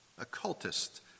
occultist